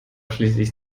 schließlich